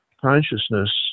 consciousness